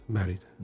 married